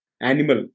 Animal